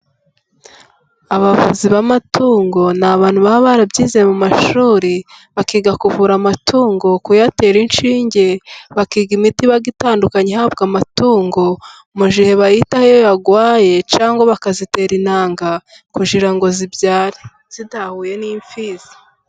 Abavuzi b'amatungo ni abantu baba barabyize mu mashuri, bakiga kuvura amatungo, kuyatera inshinge, bakiga imiti iba itandukanye ihabwa amatungo mu gihe bayitaho iyo yarwaye, cyangwa bakayatera intanga, kugira ngo abyare atahuye n'imfizi.